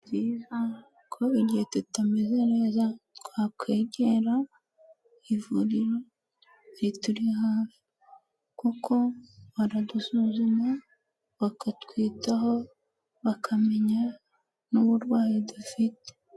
Ko igihe tutameze neza twakwegera ivuriro rituri hafi kuko baradusuzuma bakatwitaho bakamenya n'uburwayi dufite.